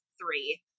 three